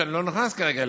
שאני לא נכנס אליהן כרגע,